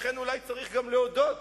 לכן אולי צריך גם להודות